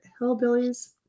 hillbillies